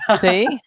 See